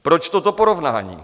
Proč toto porovnání?